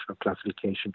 Classification